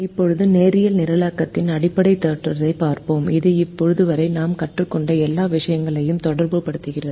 இப்போது நேரியல் நிரலாக்கத்தின் அடிப்படை தேற்றத்தைப் பார்க்கிறோம் இது இப்போது வரை நாம் கற்றுக்கொண்ட எல்லா விஷயங்களையும் தொடர்புபடுத்துகிறது